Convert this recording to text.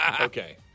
Okay